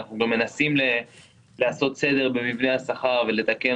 אנחנו גם מנסים לעשות סדר במבנה השכר ולתקן